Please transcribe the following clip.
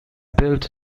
built